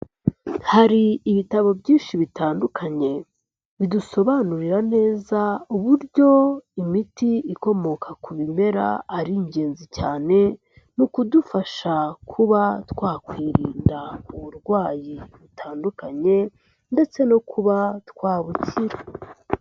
Hari ibitabo byinshi bitandukanye, bidusobanurira neza uburyo imiti ikomoka ku bimera ari ingenzi cyane mu kudufasha kuba twakwirinda uburwayi butandukanye ndetse no kuba twabukira.